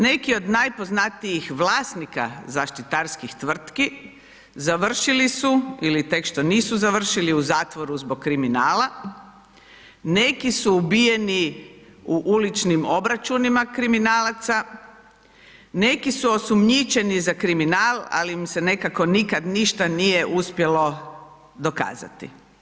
Neki od najpoznatijih vlasnika zaštitarskih tvrtki završili su ili tek što nisu završili u zatvoru zbog kriminala, neki su ubijeni u uličnim obračunima kriminalaca, neki su osumnjičeni za kriminal, ali im se nekako nikad ništa nije uspjelo dokazati.